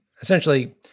essentially